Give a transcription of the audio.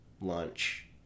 lunch